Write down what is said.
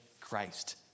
Christ